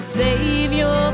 savior